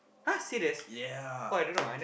!huh! serious !wah! I don't know